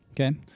Okay